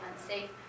unsafe